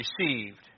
received